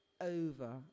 over